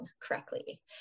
correctly